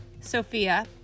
Sophia